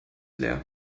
leer